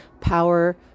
power